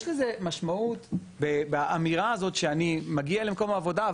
יש לזה משמעות באמירה הזאת שאני מגיע למקום העבודה,